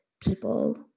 people